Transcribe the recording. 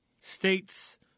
States